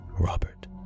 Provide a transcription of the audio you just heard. Robert